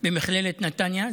במכללת נתניה.